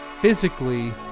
physically